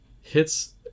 hits